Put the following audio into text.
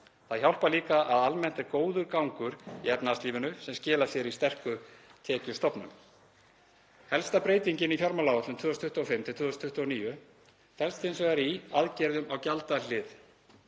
Það hjálpar líka að almennt er góður gangur í efnahagslífinu sem skilar sér í sterkum tekjustofnum. Helsta breytingin í fjármálaáætlun 2025–2029 felst hins vegar í aðgerðum á gjaldahlið.